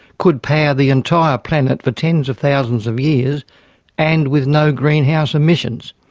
could power the entire planet for tens of thousands of years and with no greenhouse emissions.